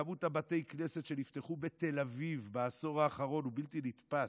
כמות בתי הכנסת שנפתחו בתל אביב בעשור האחרון היא בלתי נתפסת.